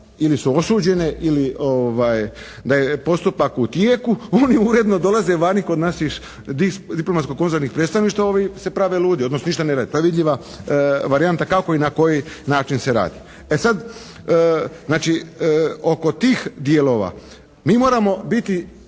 ili su osuđene ili da je postupak u tijeku, oni uredno dolaze vani kod naših diplomatsko konzularnih predstavništava a oni se prave ludi, odnosno ništa ne rade. To je vidljiva varijanta kako i na koji način se radi. E sad, znači oko tih dijelova mi moramo biti